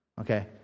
Okay